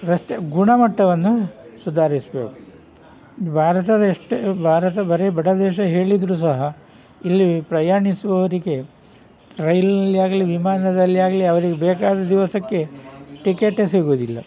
ರಸ್ತೆ ಗುಣಮಟ್ಟವನ್ನು ಸುಧಾರಿಸಬೇಕು ಭಾರತದ ಎಷ್ಟೇ ಭಾರತ ಬರೀ ಬಡ ದೇಶ ಹೇಳಿದರೂ ಸಹ ಇಲ್ಲಿ ಪ್ರಯಾಣಿಸುವವರಿಗೆ ರೈಲಿನಲ್ಲಿ ಆಗಲಿ ವಿಮಾನದಲ್ಲಿಯಾಗ್ಲಿ ಅವರಿಗೆ ಬೇಕಾದ ದಿವಸಕ್ಕೆ ಟಿಕೆಟೇ ಸಿಗುವುದಿಲ್ಲ